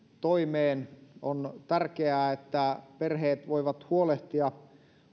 toimeen on tärkeää että perheet voivat huolehtia